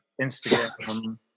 Instagram